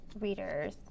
readers